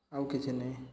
ଆଉ କିଛି ନାଇଁ